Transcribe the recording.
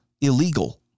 illegal